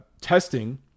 testing